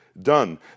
done